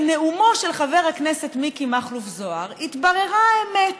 בנאומו של חבר הכנסת מיקי מכלוף זוהר התבררה האמת,